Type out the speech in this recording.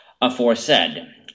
aforesaid